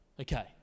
okay